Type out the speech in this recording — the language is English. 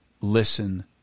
listen